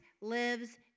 lives